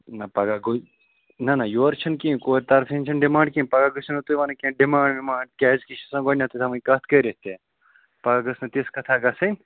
نہ پگاہ گوٚو نہ نہ یورٕ چھَنہٕ کیٚنٛہہ کورِ طرفہٕ ہِنٛدۍ چھَنہٕ ڈِمانٛڈ کیٚنٛہہ پگاہ گٔژھِو نہٕ تُہۍ وَنٕنۍ کیٚنٛہہ ڈِمانٛڈ وِمانٛڈ کیٛازکہِ یہِ چھِ آسان گۄڈٕنٮ۪تھٕےتھاوٕنۍ کَتھ کٔرِتھ تہِ پگاہ گٔژھ نہٕ تِژھ کَتھاہ گژھٕنۍ